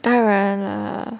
当然 lah